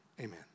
Amen